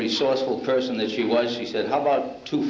resourceful person that she was she said how about two